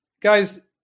Guys